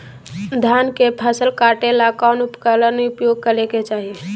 धान के फसल काटे ला कौन उपकरण उपयोग करे के चाही?